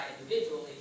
individually